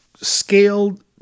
scaled